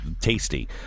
tasty